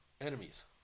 enemies